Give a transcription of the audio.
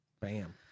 Bam